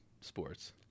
sports